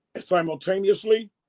simultaneously